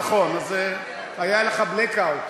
נכון, היה לך "בלאק אאוט".